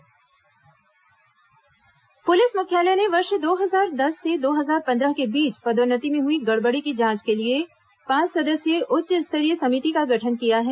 police विभाग जांच समिति पुलिस मुख्यालय ने वर्ष दो हजार दस से दो हजार पंद्रह के बीच पदोन्नति में हुई गड़बड़ी की जांच के लिए पांच सदस्यीय उच्च स्तरीय समिति का गठन किया है